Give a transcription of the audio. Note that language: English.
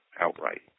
outright